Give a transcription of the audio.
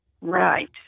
Right